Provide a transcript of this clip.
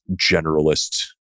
generalist